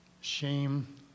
shame